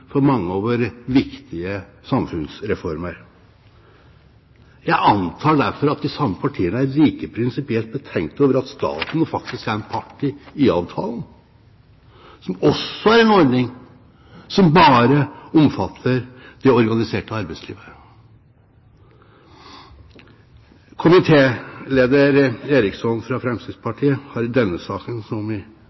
for mange av våre viktige samfunnsreformer. Jeg antar derfor at de samme partiene er like prinsipielt betenkte over at staten faktisk er en part i IA-avtalen, som også er en ordning som bare omfatter det organiserte arbeidslivet. Komitéleder Eriksson fra Fremskrittspartiet har i denne saken, som